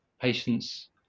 patients